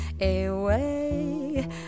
away